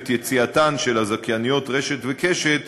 את יציאתן של הזכייניות "רשת" ו"קשת"